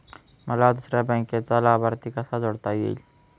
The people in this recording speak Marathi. मला दुसऱ्या बँकेचा लाभार्थी कसा जोडता येईल?